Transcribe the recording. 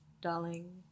darling